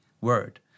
word